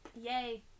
Yay